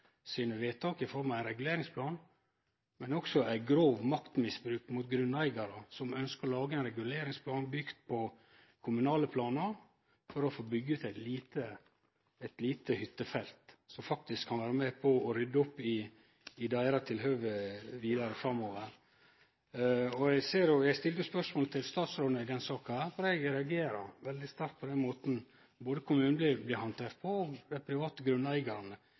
sine vedtak i form av ein reguleringsplan, men også eit grovt maktmisbruk mot grunneigarar som ønskjer å lage ein reguleringsplan bygd på kommunale planar for å få byggje ut eit lite hyttefelt, som faktisk kan vere med på å rydde opp i deira tilhøve vidare framover. Eg stilte spørsmål til statsråden i denne saka, for eg reagerer veldig sterkt på den måten både kommunen og dei private grunneigarane